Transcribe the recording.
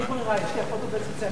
לוועדת העבודה,